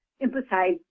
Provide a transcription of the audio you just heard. emphasize